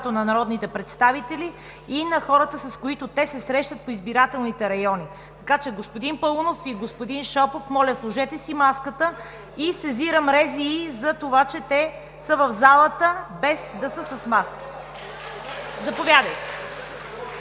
на народните представители и на хората, с които те се срещат по избирателните райони. Така че, господин Паунов и господин Шопов, моля, сложете си маските! Сезирам РЗИ за това, че те са в залата без маски. (Частични